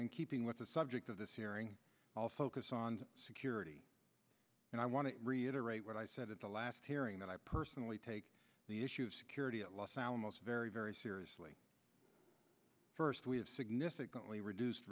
in keeping with the subject of this hearing also costs and security and i want to reiterate what i said at the last hearing that i personally take the issue of security at los alamos very very seriously first we have significantly reduced